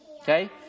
Okay